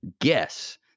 guess